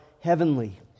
heavenly